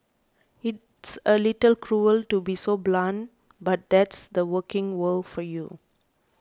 it's a little cruel to be so blunt but that's the working world for you